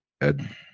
Ed